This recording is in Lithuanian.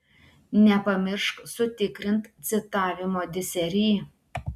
nepamiršk sutikrint citavimo disery